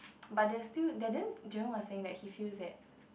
but they are still they didn't Jerome was saying that he feels that